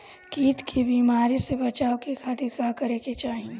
कीट के बीमारी से बचाव के खातिर का करे के चाही?